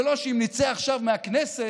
זה לא שאם נצא עכשיו מהכנסת,